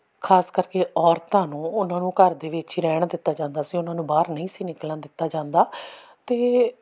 ਖਾਸ ਕਰਕੇ ਔਰਤਾਂ ਨੂੰ ਉਹਨਾਂ ਨੂੰ ਘਰ ਦੇ ਵਿੱਚ ਹੀ ਰਹਿਣ ਦਿੱਤਾ ਜਾਂਦਾ ਸੀ ਉਹਨਾਂ ਨੂੰ ਬਾਹਰ ਨਹੀਂ ਸੀ ਨਿਕਲਣ ਦਿੱਤਾ ਜਾਂਦਾ ਅਤੇ